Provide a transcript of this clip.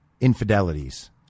infidelities